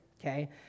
okay